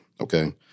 okay